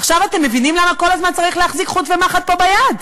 עכשיו אתם מבינים למה כל הזמן צריך להחזיק חוט ומחט פה ביד?